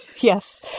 Yes